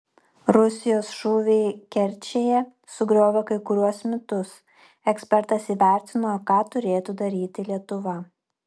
rusijos šūviai kerčėje sugriovė kai kuriuos mitus ekspertas įvertino ką turėtų daryti lietuva